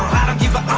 don't give a